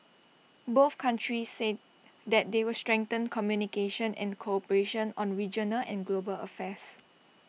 both countries said that they will strengthen communication and cooperation on regional and global affairs